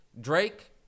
Drake